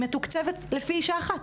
היא מתוקצבת לפי אישה אחת.